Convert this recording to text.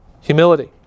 humility